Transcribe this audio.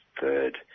third